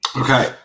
Okay